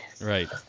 Right